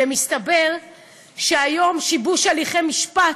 ומסתבר שהיום שיבוש הליכי משפט,